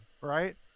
right